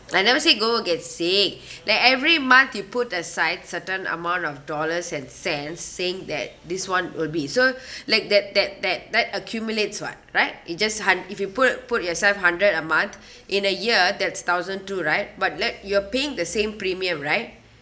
I never say go get sick like every month you put aside certain amount of dollars and cents saying that this one will be so like that that that that accumulates [what] right it just hund~ if you put put yourself hundred a month in a year that's thousand two right but let you're paying the same premium right